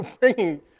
bringing